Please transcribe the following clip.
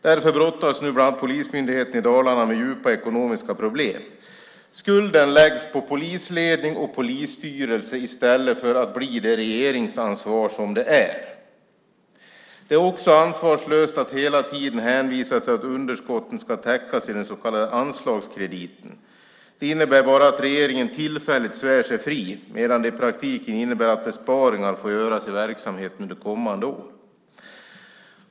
Därför brottas nu bland annat Polismyndigheten i Dalarna med djupa ekonomiska problem. Skulden läggs på polisledning och polisstyrelse i stället för att läggas på regeringen som har ansvar för detta. Det är också ansvarslöst att hela tiden hänvisa till att underskotten ska täckas inom den så kallade anslagskrediten. Det innebär bara att regeringen tillfälligt svär sig fri, medan det i praktiken innebär att besparingar får göras i verksamhet under kommande år.